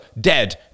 dead